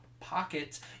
pockets